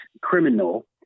criminal